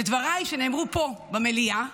ודבריי שנאמרו פה במליאה,